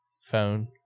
phone